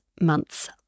months